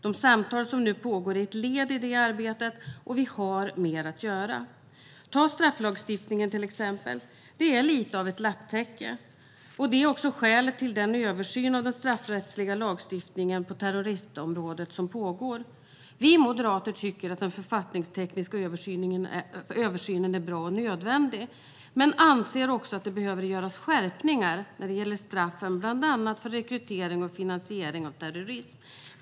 De samtal som nu pågår är ett led i det arbetet, och vi har mer att göra. Jag vill ta upp strafflagstiftningen som exempel. Den är lite av ett lapptäcke. Det är också skälet till den översyn av den straffrättsliga lagstiftningen på terrorismområdet som pågår. Vi moderater tycker att den författningstekniska översynen är bra och nödvändig, men vi anser också att det behöver göras skärpningar när det gäller straffen för bland annat rekrytering och finansiering av terrorism.